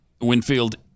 Winfield